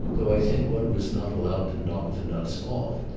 though i think one was not allowed to knock the nuts off,